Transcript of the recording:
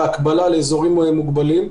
בהקבלה לאזורים מוגבלים.